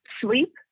Sleep